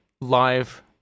live